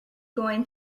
going